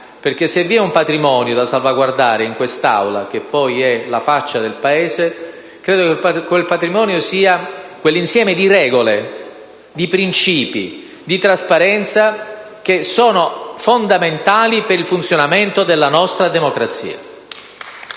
Se vi è un patrimonio da salvaguardare in quest'Aula, che è la faccia del Paese, credo esso sia quell'insieme di regole, di principi e di trasparenza fondamentali per il funzionamento della nostra democrazia.